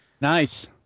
Nice